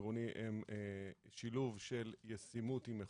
עקרוני הם שילוב של ישימות עם נוחות.